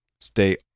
Stay